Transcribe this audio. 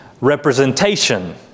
representation